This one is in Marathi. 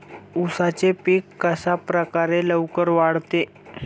उसाचे पीक कशाप्रकारे लवकर वाढते?